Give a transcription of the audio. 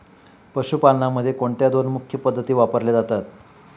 पशुपालनामध्ये कोणत्या दोन मुख्य पद्धती वापरल्या जातात?